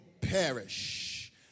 perish